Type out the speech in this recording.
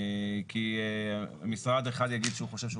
כי משרד אחד יגיד שהוא חושב שהוא